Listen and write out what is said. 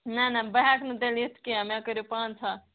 نہ نہ بہٕ ہٮ۪کہٕ نہٕ تیٚلہِ یِتھ کیٚنٛہہ مےٚ کٔرِو پانٛژھ ہَتھ